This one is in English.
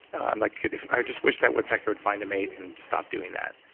and like i just wish that woodpecker would find a mate and stop doing that,